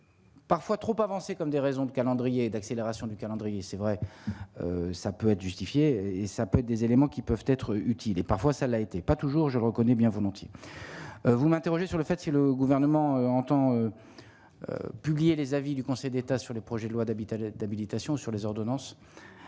parfois trop avancé comme des raisons de calendrier d'accélération du calendrier, c'est vrai, ça peut être justifié et ça peut être des éléments qui peuvent être utiles et parfois ça l'a été, pas toujours, je reconnais bien volontiers, vous m'interrogez sur le fait, si le gouvernement entend publier les avis du Conseil d'État sur le projet de loi d'habitat d'habilitation sur les ordonnances,